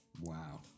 Wow